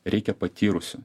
reikia patyrusių